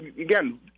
again